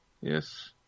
Yes